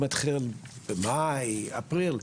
לתוכניות האלה וזה גם באמת "מפעפע" למטה.